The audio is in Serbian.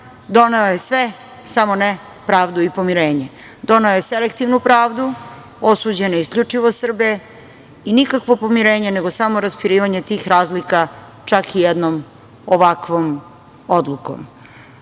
doneo je sve, samo ne pravdu i pomirenje. Doneo je selektivnu pravdu, osuđene isključivo Srbe i nikakvo pomirenje, nego samo raspirivanje tih razlika, čak i jednom ovakvom odlukom.